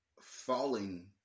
falling